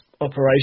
operation